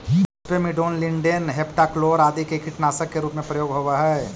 phosphamidon, lindane, heptachlor आदि के कीटनाशक के रूप में प्रयोग होवऽ हई